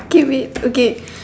K wait okay